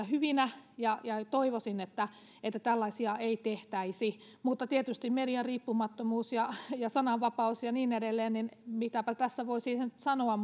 hyvinä ja toivoisin että että tällaisia ei tehtäisi mutta tietysti median riippumattomuus ja ja sananvapaus ja niin edelleen niin mitäpä tässä voi siihen sanoa